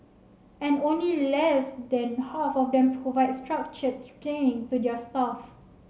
and only less than half of them provide structured training to their staff